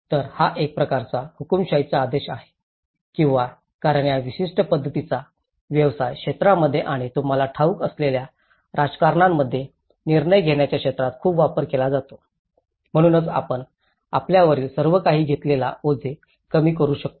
तर हा एक प्रकारचा हुकूमशहा आदेश आहे किंवा कारण या विशिष्ट पध्दतीचा व्यवसाय क्षेत्रामध्ये आणि तुम्हाला ठाऊक असलेल्या राजकारणामध्ये निर्णय घेण्याच्या क्षेत्रात खूप वापर केला जातो म्हणूनच आपण आपल्यावरील सर्वकाही घेतलेला ओझे कमी करू शकतो